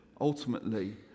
ultimately